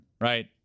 right